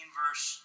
verse